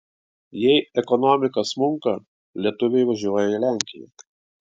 jei ekonomika smunka lietuviai važiuoja į lenkiją